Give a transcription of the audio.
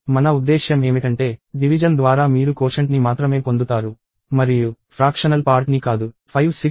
మన ఉద్దేశ్యం ఏమిటంటే డివిజన్ ద్వారా మీరు కోషెంట్ ని మాత్రమే పొందుతారు మరియు ఫ్రాక్షనల్ పార్ట్ ని కాదు